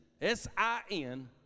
S-I-N